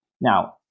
now